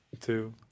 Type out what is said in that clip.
two